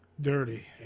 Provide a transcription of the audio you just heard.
Dirty